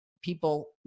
people